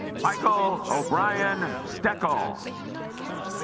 michael o'brien steckle